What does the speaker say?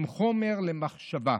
עם חומר למחשבה.